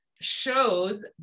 shows